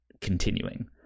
continuing